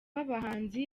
abahanzi